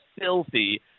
filthy